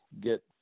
get